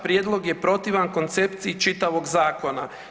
Prijedlog je protivan koncepciji čitavog zakona.